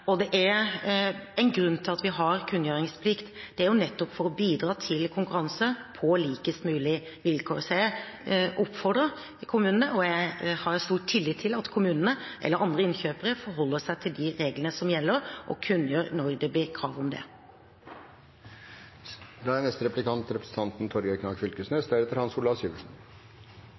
og det er en grunn til at vi har kunngjøringsplikt. Det er nettopp for å bidra til konkurranse på likest mulig vilkår. Så jeg oppfordrer til – og jeg har stor tillit til – at kommunene eller andre innkjøpere forholder seg til de reglene som gjelder, og kunngjør når det blir krav om